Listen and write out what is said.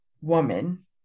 woman